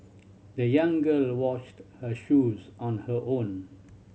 the young girl washed her shoes on her own